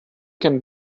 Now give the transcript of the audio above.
can